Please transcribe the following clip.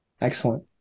Excellent